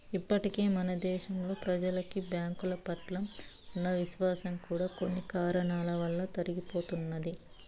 ఇప్పటికే మన దేశంలో ప్రెజలకి బ్యాంకుల పట్ల ఉన్న విశ్వాసం కూడా కొన్ని కారణాల వలన తరిగిపోతున్నది